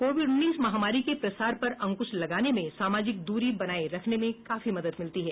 Covid उन्नीस महामारी के प्रसार पर अंकुश लगाने में सामाजिक दूरी बनाये रखने में काफी मदद मिलती है